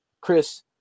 Chris